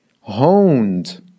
honed